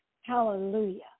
Hallelujah